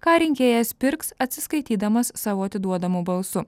ką rinkėjas pirks atsiskaitydamas savo atiduodamu balsu